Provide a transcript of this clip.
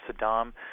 Saddam